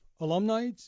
alumni